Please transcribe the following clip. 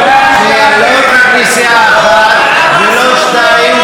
שלא רק נסיעה אחת ולא שתיים.